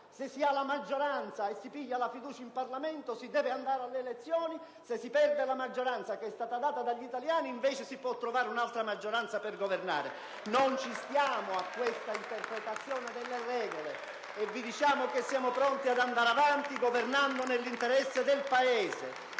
se si ha la maggioranza e si prende la fiducia in Parlamento si deve andare ad elezioni, se si perde la maggioranza che è stata data dagli italiani invece si può trovare un'altra maggioranza per governare! *(Applausi dai Gruppi PdL e LNP).* Non ci stiamo a questa interpretazione delle regole, e vi diciamo che siamo pronti ad andare avanti governando nell'interesse del Paese,